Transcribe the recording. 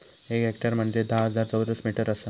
एक हेक्टर म्हंजे धा हजार चौरस मीटर आसा